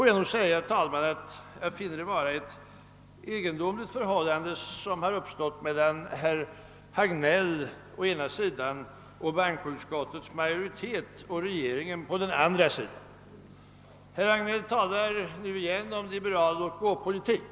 Jag finner det vara ett egendomligt förhållande som har uppstått mellan å ena sidan herr Hagnell och å andra sidan bankoutskottets majoritet och regeringen. Herr Hagnell talade nu åter om en »liberal låt-gå-politik».